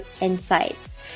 insights